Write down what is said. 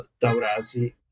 Taurasi